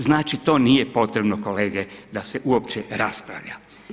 Znači to nije potrebno kolege da se uopće raspravlja.